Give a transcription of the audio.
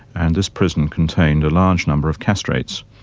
and this prison contained a large number of castrates.